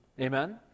Amen